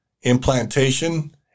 implantation